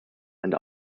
and